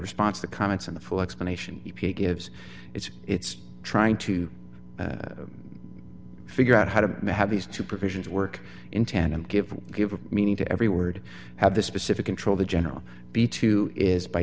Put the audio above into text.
response the comments in the full explanation e p a gives it's it's trying to figure out how to have these two provisions work in tandem give give meaning to every word have the specific control the general be two is by